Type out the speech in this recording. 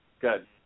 good